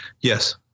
Yes